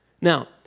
Now